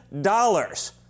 dollars